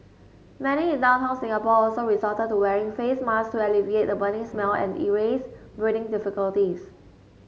many in downtown Singapore also resorted to wearing face masks to alleviate the burning smell and erase breathing difficulties